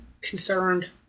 concerned